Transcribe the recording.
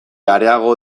areago